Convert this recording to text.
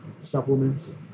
supplements